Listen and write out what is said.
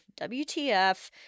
WTF